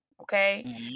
okay